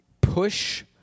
push